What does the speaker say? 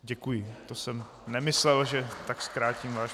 Děkuji, to jsem nemyslel, že tak zkrátím váš projev.